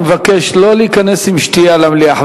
אני מבקש: לא להיכנס עם שתייה למליאה.